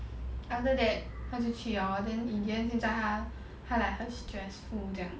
after that 他就去 hor then in the end 就叫他他 like 很 stressful 这样